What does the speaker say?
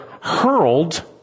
hurled